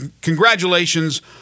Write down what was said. Congratulations